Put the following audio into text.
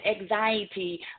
anxiety